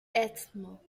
stmo